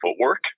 footwork